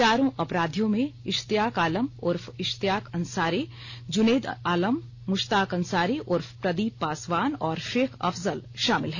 चारों अपराधियों में इस्तियाक आलम उर्फ इश्तियाक अंसारी जुनेद आलम मुस्ताक अंसारी उर्फ प्रदीप पासवान और शेख अफजल शामिल है